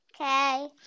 Okay